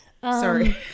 Sorry